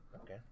okay